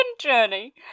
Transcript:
journey